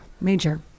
Major